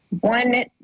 one